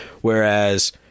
Whereas